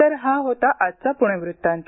तर हा होता आजचा पुणे वृत्तांत